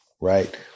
right